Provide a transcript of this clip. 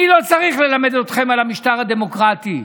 אני לא צריך ללמד אתכם על המשטר הדמוקרטי.